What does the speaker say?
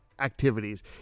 Activities